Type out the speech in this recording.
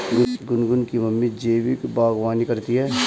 गुनगुन की मम्मी जैविक बागवानी करती है